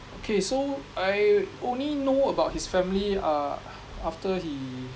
okay so I only know about his family uh after he